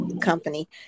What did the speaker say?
company